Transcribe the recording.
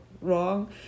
wrong